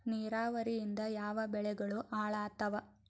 ನಿರಾವರಿಯಿಂದ ಯಾವ ಬೆಳೆಗಳು ಹಾಳಾತ್ತಾವ?